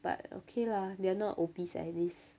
but okay lah they are not obese at least